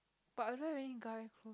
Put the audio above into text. but I don't have any guy